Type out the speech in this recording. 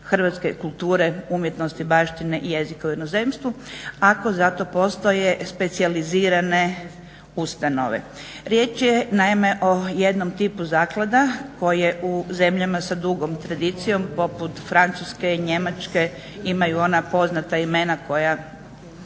hrvatske kulture umjetnosti, baštine i jezika u inozemstvu ako za to postoje specijalizirane ustanove. Riječ je naime o jednom tipu zaklada koje u zemljama sa dugom tradicijom poput Francuske, Njemačke imaju ona poznata imena koja